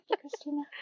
Christina